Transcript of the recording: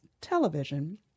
television